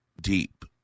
deep